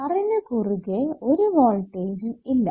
R ന് കുറുകെ ഒരു വോൾട്ടേജ്ജും ഇല്ല